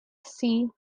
see